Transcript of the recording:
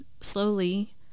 slowly